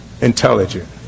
intelligent